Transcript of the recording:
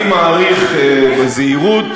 אני מעריך בזהירות,